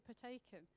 partaken